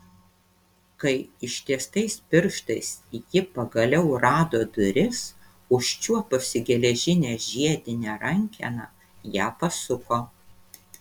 kai ištiestais pirštais ji pagaliau rado duris užčiuopusi geležinę žiedinę rankeną ją pasuko